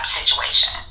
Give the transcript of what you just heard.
situation